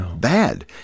bad